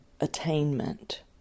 attainment